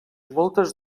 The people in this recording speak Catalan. moltes